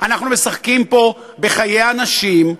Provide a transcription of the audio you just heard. אנחנו משחקים פה בחיי אנשים,